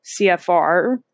CFR